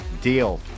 deal